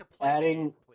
adding